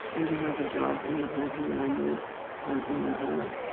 and you have a job in the prison when you are in there.